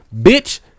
Bitch